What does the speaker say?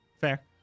fair